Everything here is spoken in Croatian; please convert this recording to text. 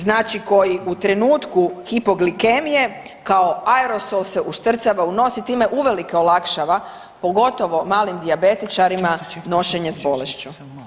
Znači koji u trenutku hipoglikemije kao aerosol se uštrcava u nos i time uvelike olakšava, pogotovo malim dijabetičarima nošenje s bolešću.